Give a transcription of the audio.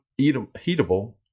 heatable